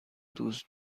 دوست